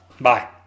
bye